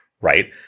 right